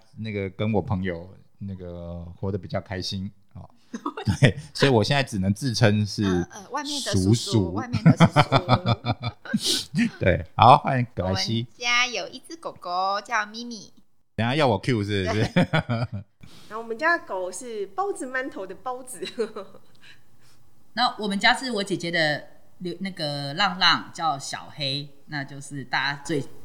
那个跟我朋友，那个，活得比较开心，哦。 对，所以我现在只能自称是 呃，呃，外面的“鼠鼠”。叔叔， 外面的叔叔。 对，好，欢迎葛莱西。我们家有一只狗狗，叫咪咪。等下要我cue是不是？ 对。然后我们家的狗是包子馒头的包子。 那我们家是我姐姐的，那个浪浪，叫小黑，那就是大家最